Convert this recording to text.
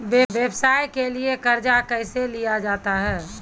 व्यवसाय के लिए कर्जा कैसे लिया जाता हैं?